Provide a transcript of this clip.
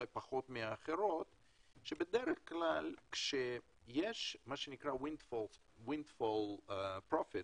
כשיש wind fall profits,